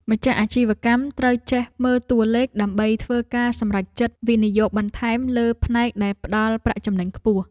ម្ចាស់អាជីវកម្មត្រូវចេះមើលតួលេខដើម្បីធ្វើការសម្រេចចិត្តវិនិយោគបន្ថែមលើផ្នែកដែលផ្ដល់ប្រាក់ចំណេញខ្ពស់។